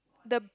the